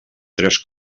tres